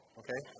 okay